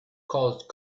caused